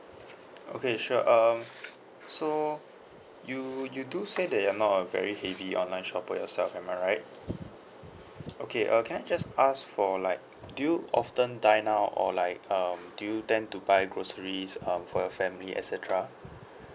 okay sure um so you you do say that you're not a very heavy online shopper yourself am I right okay uh can I just ask for like do you often dine out or like um do you tend to buy groceries um for your family et cetera